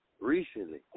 Recently